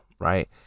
Right